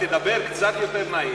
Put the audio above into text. ותדבר קצת יותר נעים,